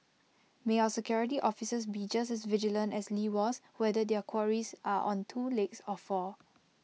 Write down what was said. may our security officers be just as vigilant as lee was whether their quarries are on two legs or four